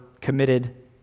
committed